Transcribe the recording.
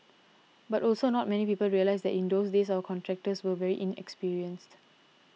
but also not many people realise that in those days our contractors were very inexperienced